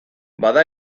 bada